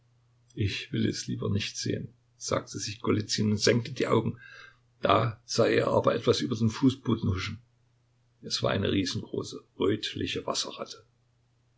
ich will es lieber nicht sehen sagte sich golizyn und senkte die augen da sah er aber etwas über den fußboden huschen es war eine riesengroße rötliche wasserratte